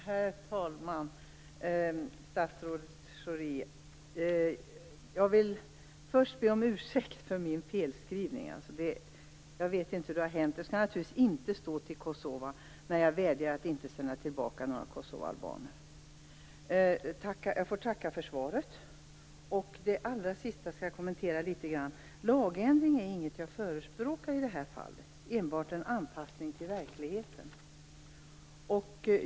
Herr talman! Statsrådet Schori! Jag vill först be om ursäkt för min felskrivning. Jag vet inte hur det har hänt. Det skall naturligtvis inte stå "till Kosova" när jag vädjar om att vi inte skall sända tillbaka några kosovoalbaner. Jag får tacka för svaret. Det allra sista skall jag kommentera litet grand. Lagändring är inget jag förespråkar i detta fall - enbart en anpassning till verkligheten.